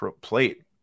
plate